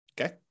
okay